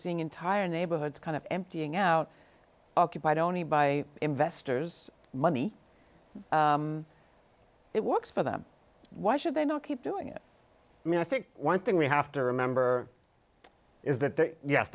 seeing entire neighborhoods kind of emptying out occupied only by investors money it works for them why should they not keep doing it i mean i think one thing we have to remember is that yes